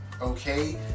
okay